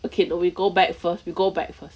okay no we go back first we go back first